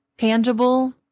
tangible